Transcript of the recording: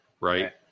right